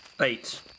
Eight